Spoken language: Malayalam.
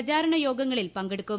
പ്രചാരണയോഗങ്ങളിൽ പങ്കെടുക്കും